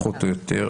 פחות או יותר.